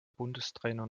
bundestrainer